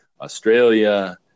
Australia